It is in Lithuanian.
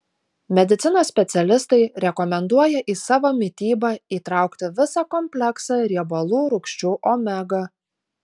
medicinos specialistai rekomenduoja į savo mitybą įtraukti visą kompleksą riebalų rūgščių omega